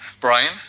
Brian